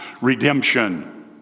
redemption